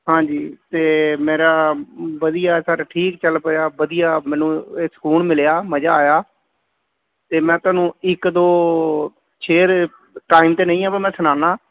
ਹਾਂਜੀ ਅਤੇ ਮੇਰਾ ਵਧੀਆ ਸਰ ਠੀਕ ਚੱਲ ਪਿਆ ਵਧੀਆ ਮੈਨੂੰ ਇਹ ਸਕੂਨ ਮਿਲਿਆ ਮਜ਼ਾ ਆਇਆ ਅਤੇ ਮੈਂ ਤੁਹਾਨੂੰ ਇੱਕ ਦੋ ਸ਼ੇਅਰ ਟਾਈਮ ਤਾਂ ਨਹੀਂ ਹੈ ਪਰ ਮੈਂ ਸੁਣਾਉਂਦਾ